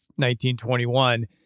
1921